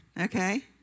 okay